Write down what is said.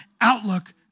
Outlook